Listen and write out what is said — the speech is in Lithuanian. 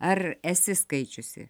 ar esi skaičiusi